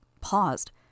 paused